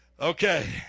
Okay